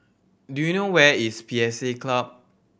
do you know where is P S A Club